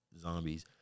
zombies